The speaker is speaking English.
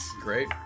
Great